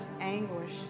Anguish